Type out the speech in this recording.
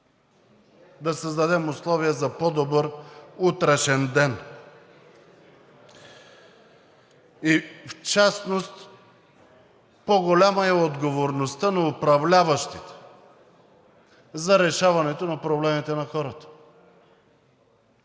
Да създадем условия за по-добър утрешен ден. И в частност по-голяма е отговорността на управляващите за решаването на проблемите на хората.